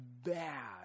bad